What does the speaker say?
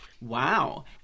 Wow